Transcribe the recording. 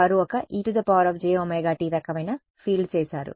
వారు ఒక ejωt రకమైన ఫీల్డ్ చేశారు